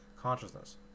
consciousness